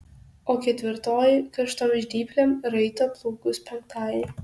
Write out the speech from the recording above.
o ketvirtoji karštom žnyplėm raito plaukus penktajai